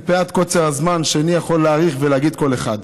מפאת קוצר הזמן איני יכול להאריך ולהגיד כל אחד.